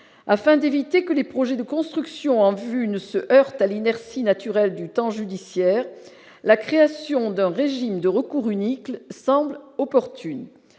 afin d'éviter que les projets de construction en vue ne se heurtent à l'inertie naturelle du temps judiciaire, la création d'un régime de recours unique le semble opportune